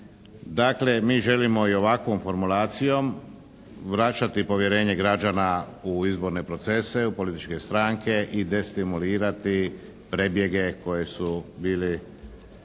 Dakle, mi želimo i ovakvom formulacijom vraćati povjerenje građana u izborne procese, u političke stranke i destimulirati prebjege koji su bili